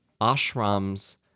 Ashrams